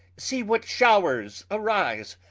see, what showres arise,